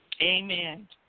Amen